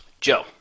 Joe